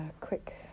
quick